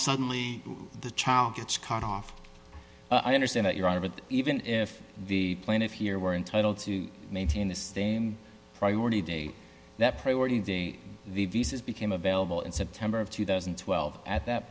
suddenly the child gets cut off i understand it you're out of it even if the plaintiff here were entitled to maintain the same priority date that priority of the visas became available in september of two thousand and twelve at that